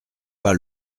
pas